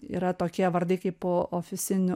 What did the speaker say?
yra tokie vardai kaip ofisinių